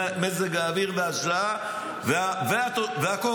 מזג האוויר והשעה והכול.